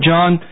John